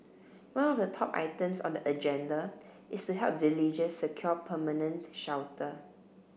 one of the top items on the agenda is to help villagers secure permanent shelter